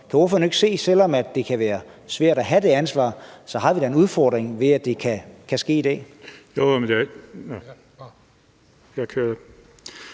kan ordføreren ikke se, at selv om det kan være svært at have det ansvar, har vi da en udfordring, ved at det kan ske i dag? Kl. 19:35 Peter Seier